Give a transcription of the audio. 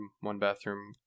one-bathroom